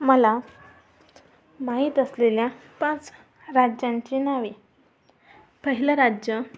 मला माहीत असलेल्या पाच राज्यांची नावे पहिलं राज्य